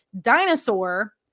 Dinosaur